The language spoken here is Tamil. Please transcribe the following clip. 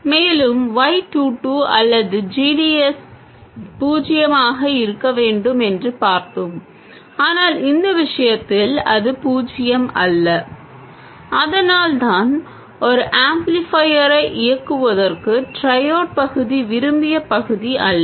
மேலும் y 2 2 அல்லது g d s 0 ஆக இருக்க வேண்டும் என்று பார்த்தோம் ஆனால் இந்த விஷயத்தில் அது 0 அல்ல அதனால் தான் ஒரு ஆம்ப்ளிஃபையரை இயக்குவதற்கு ட்ரையோட் பகுதி விரும்பிய பகுதி அல்ல